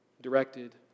directed